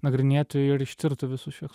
nagrinėtų ir ištirtų visus šiuos